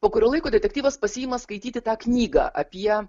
po kurio laiko detektyvas pasiima skaityti tą knygą apie